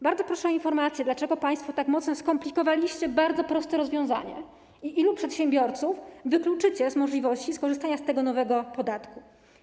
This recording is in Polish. Bardzo proszę o informacje, dlaczego państwo tak mocno skomplikowaliście bardzo proste rozwiązanie i ilu przedsiębiorców wykluczycie z możliwości skorzystania z tego nowego podatku.